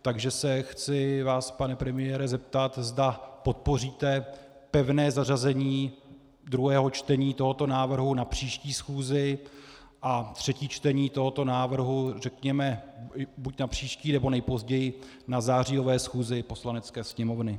Takže se vás chci, pane premiére, zeptat, zda podpoříte pevné zařazení druhého čtení tohoto návrhu na příští schůzi a třetí čtení tohoto návrhu řekněme buď na příští, nebo nejpozději na zářijové schůzi Poslanecké sněmovny.